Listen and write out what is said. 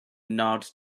nod